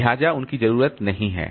लिहाजा उनकी जरूरत नहीं है